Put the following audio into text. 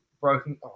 broken